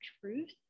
truth